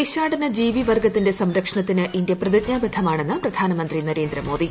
ദേശാടന ജീവി വർഗത്തിന്റെ സംരക്ഷണത്തിന് ഇന്ത്യ പ്രതിജ്ഞാബദ്ധമാണെന്ന് പ്രധാനമന്ത്രി നരേന്ദ്രമോദി